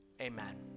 amen